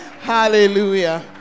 Hallelujah